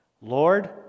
Lord